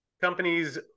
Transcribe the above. companies